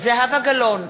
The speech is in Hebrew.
זהבה גלאון,